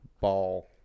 ball